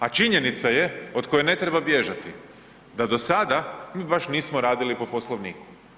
A činjenica je od koje ne treba bježati, da do sada mi baš nismo radili po Poslovniku.